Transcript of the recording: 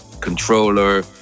controller